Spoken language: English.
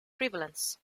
prevalence